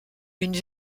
une